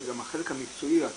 גם החלק המקצועי של התרגום.